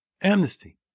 amnesty